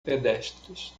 pedestres